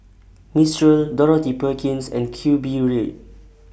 Mistral Dorothy Perkins and Q Bread